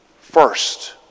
First